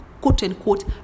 quote-unquote